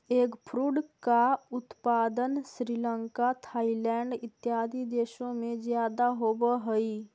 eggfruit का उत्पादन Sri Lanka Thailand इत्यादि देशों में ज्यादा होवअ हई